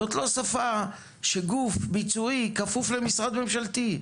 זאת לא שפה שגוף ביצועי כפוף למשרד ממשלתי.